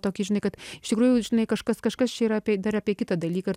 tokį žinai kad iš tikrųjų žinai kažkas kažkas čia yra apie dar apie kitą dalyką ir